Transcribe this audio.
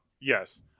Yes